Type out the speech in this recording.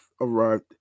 arrived